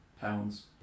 Pounds